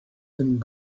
and